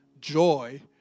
joy